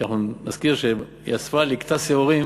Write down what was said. כי אנחנו נזכיר שהיא אספה, ליקטה שעורים